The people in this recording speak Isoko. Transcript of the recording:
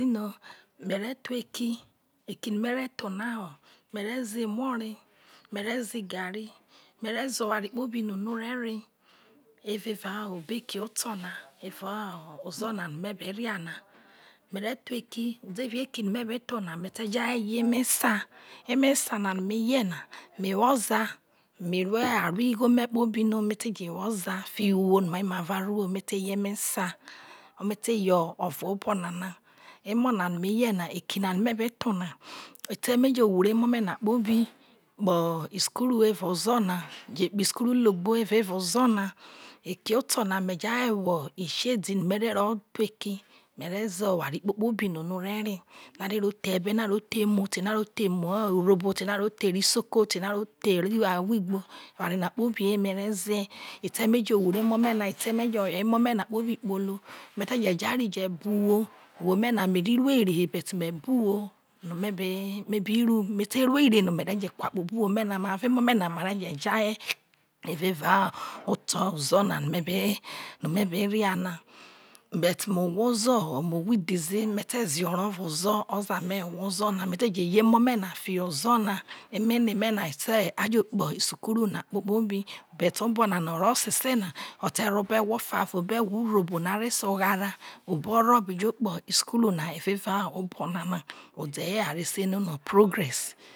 me̱rethe eki, eki nomere thonaho mere ze muore, me reze igari mereze owharikpobi no arere evae ekī otor na evae ozo na nomeberia na mere tho eki, udhoẹre eki me be tho na me, jeyo emo̱ esa, emọ esa no meye na, me who ozah me arue ghonre kpobi no me teje who ozah fiho uulwho no inai mava rona me teye emọ esa, re meteye ọvo obọnana, emo na nu meyena eki na no me be thonaethe meje wume emo mena kpobi kpoho isukuru erao ozo na je kpoho̱ isukuru logbo evaọ ozona, eki otor na me jarie who ishedi merọ tho eki, meneze owharikpobi nọ are̱re no are̱ theremu te enọ arero therumu urhobo te eri isoko te ere awho igbo enena kpobi mereze eteh meje wure emomo eteh meje yọrhọ emomo na kpolo, meje jarie buwhọ uwho me na me ri ruere he bete me buwho mebe ru, mete rue reno me reje kwakpo obuwho mena mave emomena neje jarie eveva otor ozo na me be rila na bete me owho ozo họ me owho idheze, me te ze orọ eva ozo, ozah me owho ozana meteje ye emome na fiho oza na emo ene me na aje kpoho isukuru nakpobi be̱te obonana orọ seseh na oterho obọ egmofa obọ egwo urhobo narese oghara oborọ be je kpe isukuru eva obonana ode rie areseno progress.